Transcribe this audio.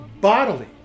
bodily